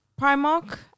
Primark